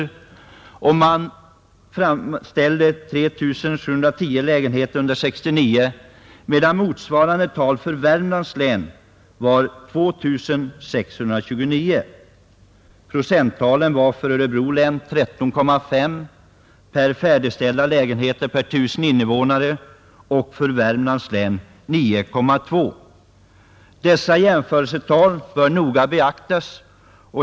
I Örebro län färdigställdes 3 710 lägenheter under 1969, medan motsvarande tal för Värmlands län var 2629. I Örebro län hade man 13,5 färdigställda lägenheter per tusen invånare och i Värmlands län 9,2. Desså jämförelsetal bör noga beaktas.